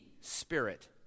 Spirit